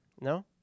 No